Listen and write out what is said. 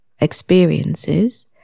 experiences